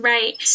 Right